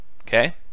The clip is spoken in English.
Okay